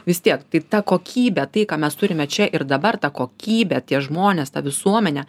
vis tiek tai ta kokybė tai ką mes turime čia ir dabar ta kokybė tie žmonės ta visuomenė